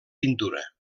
pintura